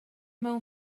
mewn